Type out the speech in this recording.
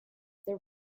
there